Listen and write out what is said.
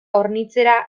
hornitzera